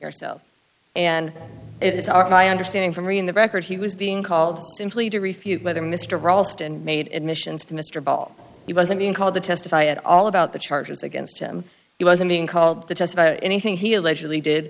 yourself and it's all my understanding from reading the record he was being called simply to refute whether mr ralston made admissions to mr ball he wasn't being called to testify at all about the charges against him he wasn't being called to testify anything he allegedly did